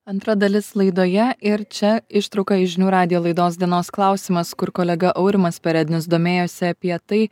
antra dalis laidoje ir čia ištrauka iš žinių radijo laidos dienos klausimas kur kolega aurimas perednis domėjosi apie tai